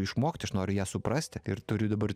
išmokti aš noriu ją suprasti ir turiu dabar